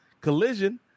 collision